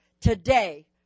today